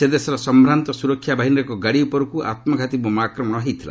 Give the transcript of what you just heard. ସେଦେଶର ସମ୍ଭ୍ରାନ୍ତ ସୁରକ୍ଷା ବାହିନୀର ଏକ ଗାଡ଼ି ଉପରକୁ ଆମ୍ଘାତୀ ବୋମା ଆକ୍ରମଣ ହୋଇଥିଲା